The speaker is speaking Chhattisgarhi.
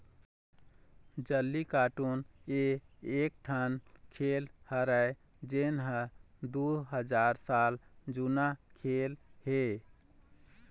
जल्लीकट्टू ए एकठन खेल हरय जेन ह दू हजार साल जुन्ना खेल हे